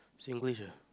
Singlish ah